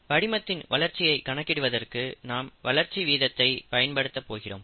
படிமத்தின் வளர்ச்சியை கணக்கிடுவதற்கு நாம் வளர்ச்சி வீதத்தை பயன்படுத்த போகிறோம்